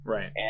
Right